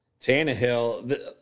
Tannehill